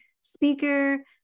speaker